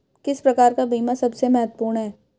किस प्रकार का बीमा सबसे महत्वपूर्ण है?